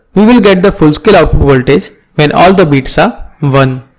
we will get the full-scale output voltage when all the bits are one.